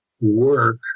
work